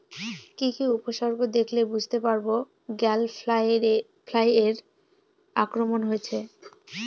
কি কি উপসর্গ দেখলে বুঝতে পারব গ্যাল ফ্লাইয়ের আক্রমণ হয়েছে?